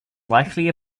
likely